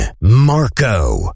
Marco